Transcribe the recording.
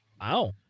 Wow